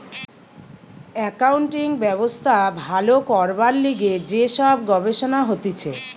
accounting ব্যবস্থা ভালো করবার লিগে যে সব গবেষণা হতিছে